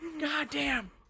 Goddamn